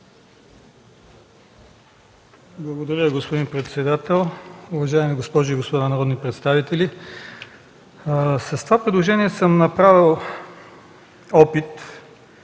Благодаря, господин председател. Уважаеми госпожи и господа народни представители! С това предложение съм направил опит